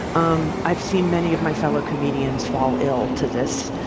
um i've seen many of my fellow comedians fall ill to this